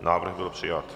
Návrh byl přijat.